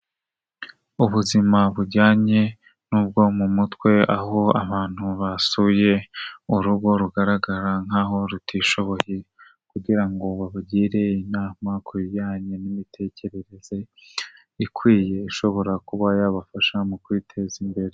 Ubuzima bujyanye n'ubwo mu mutwe aho abantu basuye urugo rugaragara nk'aho rutishoboye kugira ngo babagire inama ku bijyanye n'imitekerereze ikwiye ishobora kuba yabafasha mu kwiteza imbere.